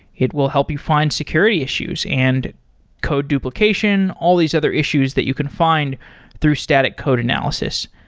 it will help you find security issues and code duplication, all these other issues that you can find through static code analysis.